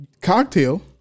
Cocktail